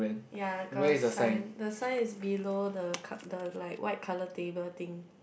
ya got a sign the sign is below the cutter like white colour table thing